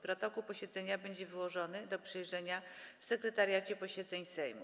Protokół posiedzenia będzie wyłożony do przejrzenia w Sekretariacie Posiedzeń Sejmu.